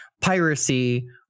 piracy